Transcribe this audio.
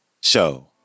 Show